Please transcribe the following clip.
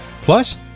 plus